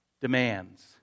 demands